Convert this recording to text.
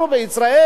מישראל,